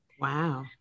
Wow